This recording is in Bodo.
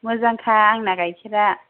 मोजांखा आंना गाइखेरा